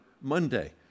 Monday